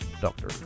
Doctor